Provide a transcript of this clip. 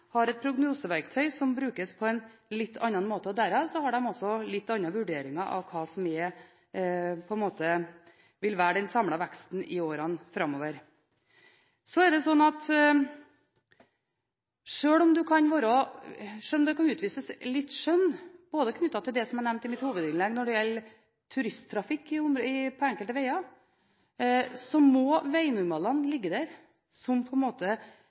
har et prognoseverktøy som brukes på en litt annen måte. Derav har de også en annen vurdering av hva som vil være den samlede veksten i årene framover. Det er slik at sjøl om det kan utvises litt skjønn knyttet til det som jeg nevnte i mitt hovedinnlegg når det gjelder turisttrafikk på enkelte veger, så må vegnormalene ligge der, som det brede grunnlaget for de beslutningene som tas. Det betyr ikke at det ikke er noen fleksibilitet i systemet. Det er klart at det også på